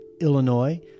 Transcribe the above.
Illinois